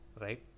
right